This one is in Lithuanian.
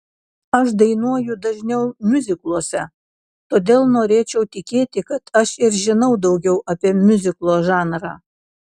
aš dainuoju dažniau miuzikluose todėl norėčiau tikėti kad aš ir žinau daugiau apie miuziklo žanrą